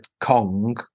Kong